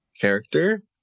character